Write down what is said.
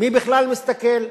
מי בכלל מסתכל.